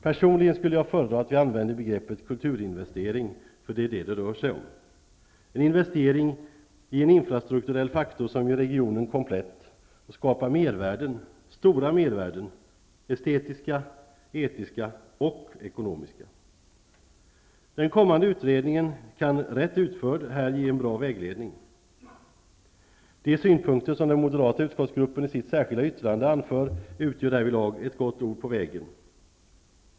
Personligen skulle jag föredra att vi använde begreppet kulturinvestering, eftersom det är detta det rör sig om, en investering i en infrastrukturell faktor som gör regionen komplett och skapar stora mervärden, estetiska, etiska och ekonomiska. Den kommande utredningen kan rätt utförd ge en bra vägledning i detta sammanhang. De synpunkter som den moderata utskottsgruppen i sitt särskilda yttrande anför utgör därvidlag ett gott ord på vägen.